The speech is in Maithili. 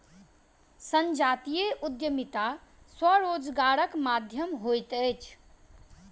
संजातीय उद्यमिता स्वरोजगारक माध्यम होइत अछि